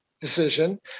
decision